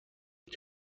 آیا